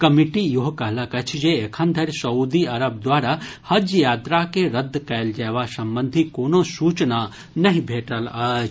committee ईहो कहलक अछि जे एखन धरि सउदी अरब द्वारा हज यात्रा के रद्द कयल जयबा संबंधी कोनो सूचना नहि मेटल अछि